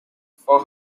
for